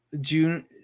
june